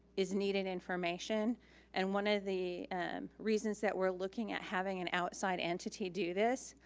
is needed information and one of the reasons that we're looking at having an outside entity do this.